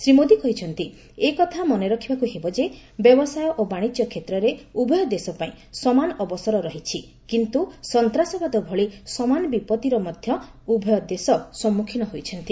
ଶ୍ରୀ ମୋଦୀ କହିଛନ୍ତି ଏକଥା ମନେ ରଖିବାକୁ ହେବ ଯେ ବ୍ୟବସାୟ ଓ ବାଣିଜ୍ୟ କ୍ଷେତ୍ରରେ ଉଭୟ ଦେଶ ପାଇଁ ସମାନ ଅବସର ରହିଛି କିନ୍ତୁ ସନ୍ତ୍ରାସବାଦ ଭଳି ସମାନ ବିପତ୍ତିର ଉଭୟ ଦେଶ ସମ୍ମୁଖୀନ ହୋଇଛନ୍ତି